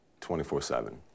24-7